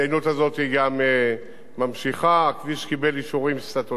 הכביש קיבל אישורים סטטוטוריים והפרויקט הזה מתבצע.